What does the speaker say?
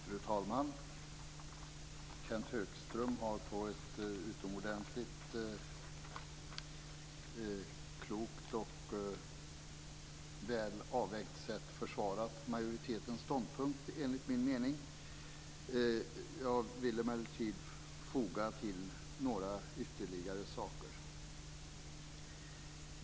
Fru talman! Kenth Högström har enligt min mening på ett utomordentligt klokt och väl avvägt sätt försvarat majoritetens ståndpunkt. Jag vill emellertid foga till några ytterligare saker.